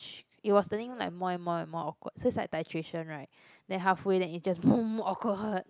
it was turning like more and more and more awkward so it's like titration right then halfway then it just boom awkward